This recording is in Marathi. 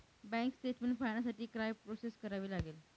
बँक स्टेटमेन्ट पाहण्यासाठी काय प्रोसेस करावी लागेल?